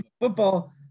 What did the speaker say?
football